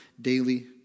daily